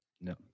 No